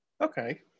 okay